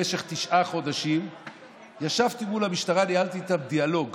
במשך תשעה חודשים ישבתי מול המשטרה וניהלתי איתם דיאלוג